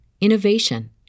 innovation